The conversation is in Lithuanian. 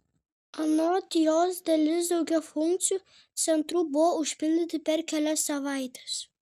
anot jos dalis daugiafunkcių centrų buvo užpildyti per kelias savaites